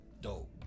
Dope